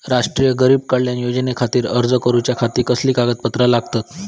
राष्ट्रीय गरीब कल्याण योजनेखातीर अर्ज करूच्या खाती कसली कागदपत्रा लागतत?